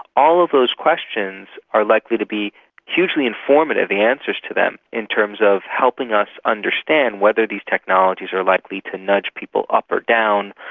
all of those questions are likely to be hugely informative, the answers to them, in terms of helping us understand whether these technologies are likely to nudge people up or down,